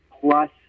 plus